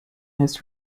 his